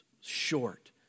short